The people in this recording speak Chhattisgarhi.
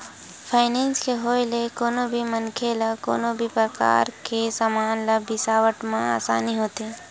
फायनेंस के होय ले कोनो भी मनखे ल कोनो भी परकार के समान के बिसावत म आसानी होथे